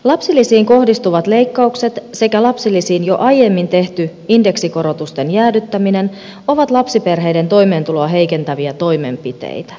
lapsilisiin kohdistuvat leikkaukset sekä lapsilisiin jo aiemmin tehty indeksikorotusten jäädyttäminen ovat lapsiperheiden toimeentuloa heikentäviä toimenpiteitä